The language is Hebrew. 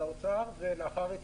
האוצר טרם הגיעו לשולחן ועדת הכלכלה.